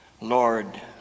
Lord